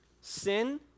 sin